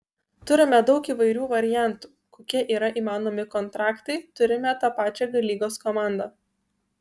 turime daug įvairių variantų kokie yra įmanomi kontraktai turime tą pačią g lygos komandą